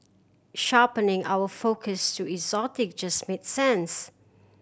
sharpening our focus to exotic just made sense